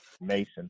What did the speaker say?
Mason